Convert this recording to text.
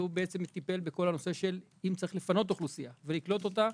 והוא טיפל בכל הנושא של מה עושים אם צריך לפנות ולקלוט אוכלוסייה.